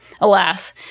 alas